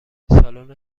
سالن